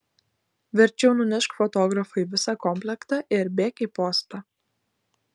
verčiau nunešk fotografui visą komplektą ir bėk į postą